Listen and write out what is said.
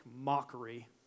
mockery